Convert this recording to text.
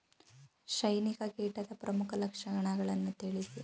ಸೈನಿಕ ಕೀಟದ ಪ್ರಮುಖ ಲಕ್ಷಣಗಳನ್ನು ತಿಳಿಸಿ?